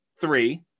three